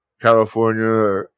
California